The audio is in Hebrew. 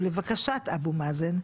ולבקשת אבו מאזן,